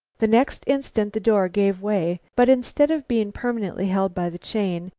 the next instant the door gave way, but instead of being permanently held by the chain,